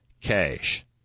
cash